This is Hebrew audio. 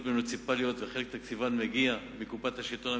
מוניציפליות וחלק מתקציבן מגיע מקופת השלטון המקומי,